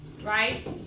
right